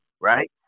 right